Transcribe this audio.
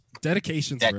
Dedication